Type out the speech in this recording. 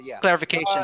Clarification